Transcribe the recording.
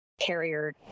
carrier